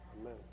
Amen